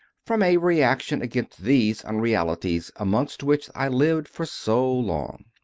from a reaction against these unrealities amongst which i lived for so long.